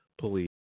police